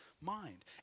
mind